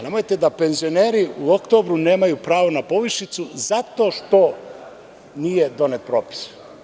Nemojte da penzioneri u oktobru nemaju pravo na povišicu zato što nije donet propis.